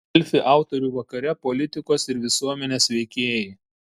delfi autorių vakare politikos ir visuomenės veikėjai